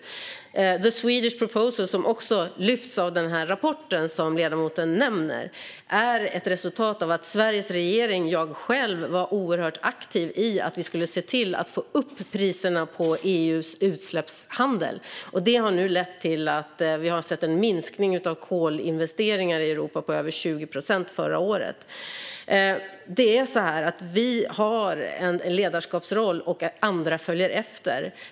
The Swedish Proposal, som lyfts fram i rapporten som ledamoten nämner, är ett resultat av att Sveriges regering och jag själv var oerhört aktiva i att se till att få upp priserna på EU:s utsläppshandel. Det har lett till en minskning av kolinvesteringar i Europa på över 20 procent förra året. Det är så här - vi har en ledarskapsroll, och andra följer efter.